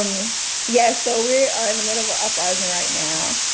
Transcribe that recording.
um yeah, so we are in the middle of an uprising right now,